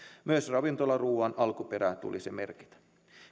myös ravintolaruuan alkuperä tulisi merkitä